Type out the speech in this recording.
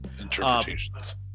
interpretations